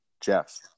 Jeff